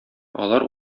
алар